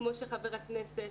כמו שאמר חבר הכנסת